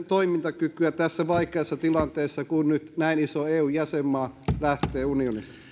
toimintakykyä tässä vaikeassa tilanteessa kun nyt näin iso eu jäsenmaa lähtee unionista